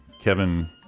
Kevin